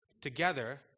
together